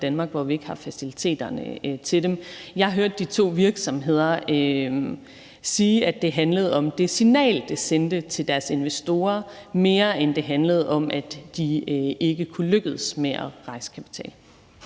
hvor vi ikke har faciliteterne til dem. Jeg hørte de to virksomheder sige, at det handlede om det signal, det sendte til deres investorer, mere end det handlede om, at de ikke kunne lykkes med at rejse kapital.